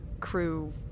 crew